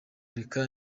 reka